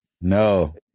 No